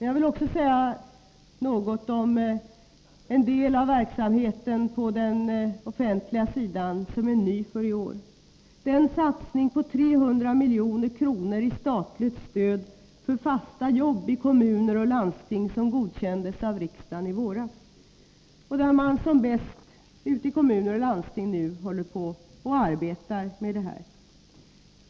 Jag vill också säga något om en del av verksamheten på den offentliga sidan som är ny för i år. Det gäller den satsning på 300 milj.kr. i statligt stöd för fasta jobb i kommuner och landsting som godkändes av riksdagen i våras, och ute i kommuner och landsting arbetar man nu som bäst med detta.